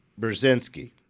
Brzezinski